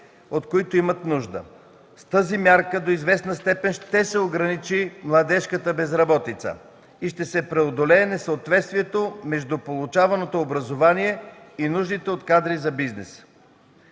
от които имат нужда. С тази мярка до известна степен ще се ограничи младежката безработица и ще се преодолее несъответствието между получаваното образование и нуждите от кадри за бизнеса.